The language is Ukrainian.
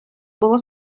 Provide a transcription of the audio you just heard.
було